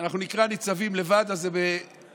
כשאנחנו נקרא ניצבים לבד, אז זה בשביעי: